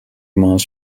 maß